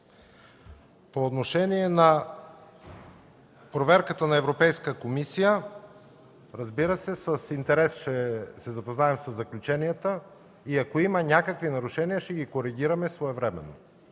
По отношение на проверката на Европейската комисия – разбира се, с интерес ще се запознаем със заключенията и, ако има някакви нарушения, ще ги коригираме своевременно.